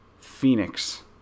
Phoenix